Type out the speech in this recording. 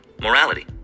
morality